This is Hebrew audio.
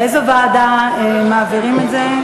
לאיזו ועדה מעבירים את זה?